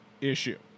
issue